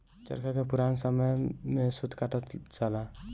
चरखा से पुरान समय में सूत कातल जाला